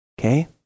Okay